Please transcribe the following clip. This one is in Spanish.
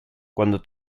cuando